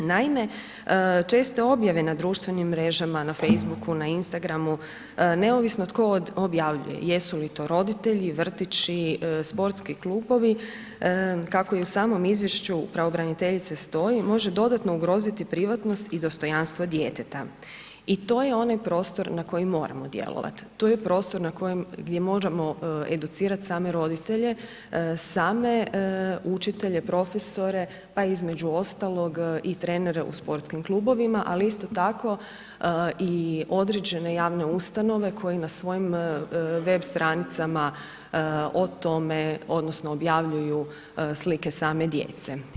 Naime, česte objave na društvenim mrežama, na Facebooku, Instagramu, neovisno tko objavljuje, jesu li to roditelji, vrtići, sportski klubovi, kako i u samom izvješću pravobraniteljice stoji, može dodatno ugroziti privatnost i dostojanstvo djeteta i to je onaj prostor na koji moramo djelovat, tu je prostor na kojem gdje moramo educirat same roditelje, same učitelje, profesore pa između ostalog i trenere u sportskim klubovima ali isto tako i određene javne usluge koje na svojim web stranicama o tome odnosno objavljuju slike same djece.